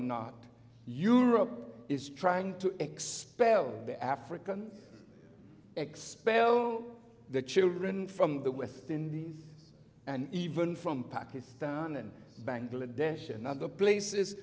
a is trying to expel the african expel the children from the west indies and even from pakistan and bangladesh and other places